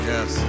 Yes